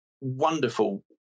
wonderful